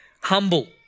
humble